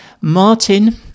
Martin